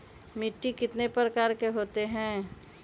मिट्टी कितने प्रकार के होते हैं?